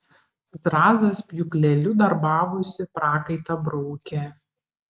zrazas pjūkleliu darbavosi prakaitą braukė